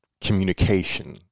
communication